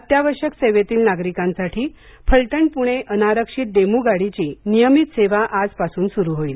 अत्यावश्यक सेवेतील नागरिकांसाठी फलटण पुणे अनारक्षित डेमु गाडीची नियमित सेवा आजपासून सुरू होईल